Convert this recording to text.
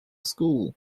school